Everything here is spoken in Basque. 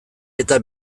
eta